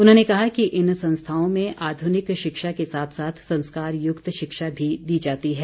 उन्होंने कहा कि इन संस्थाओं में आधुनिक शिक्षा के साथ साथ संस्कारयुक्त शिक्षा भी दी जाती है